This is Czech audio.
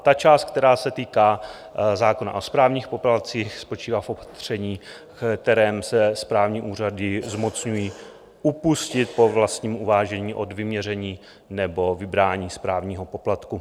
Ta část, která se týká zákona o správních poplatcích, spočívá v opatření, v kterém se správní úřady zmocňují upustit po vlastním uvážení od vyměření nebo vybrání správního poplatku.